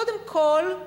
קודם כול,